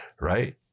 right